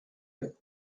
est